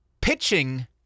pitching